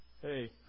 Hey